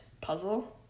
Puzzle